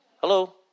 Hello